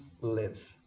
live